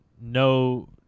no